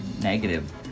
negative